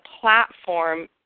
platform